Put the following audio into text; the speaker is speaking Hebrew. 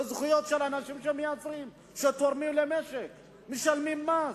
שמייצרים ותורמים למשק, משלמים מס,